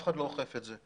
אף אחד לא אוכף את זה.